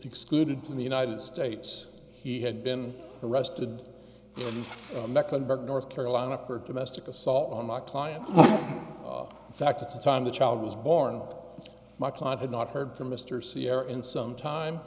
excluded from the united states he had been arrested in mecklenburg north carolina for domestic assault on my client in fact at the time the child was born my client had not heard from mr sierre in some time